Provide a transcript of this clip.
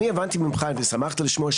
אני הבנתי ממך ושמחתי לשמוע,